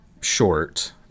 short